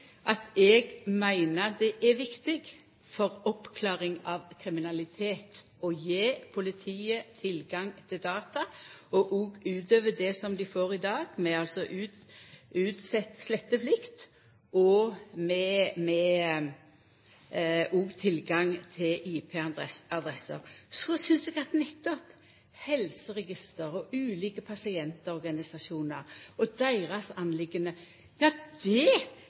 at eg meiner det er viktig for oppklaring av kriminalitet å gje politiet tilgang til data, òg utover det dei får i dag, med utsett sletteplikt og med tilgang til IP-adresser. Så synest eg at nettopp når det gjeld helseregister og ulike pasientorganisasjonar og deira interesser, fortel det